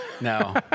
No